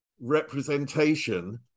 representation